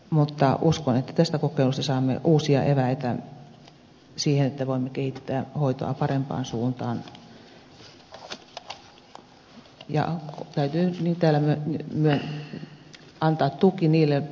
mutta uskon että tästä kokeilusta saamme uusia eväitä siihen että voimme kehittää hoitoa parempaan suuntaan ja täytyy täällä antaa tuki niille kehittäville kannanotoille